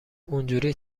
اونجوری